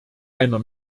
einer